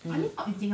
hmm